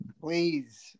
please